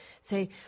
say